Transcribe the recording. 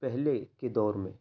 پہلے کے دور میں